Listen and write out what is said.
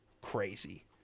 Crazy